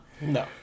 No